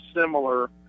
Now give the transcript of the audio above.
similar